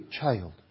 child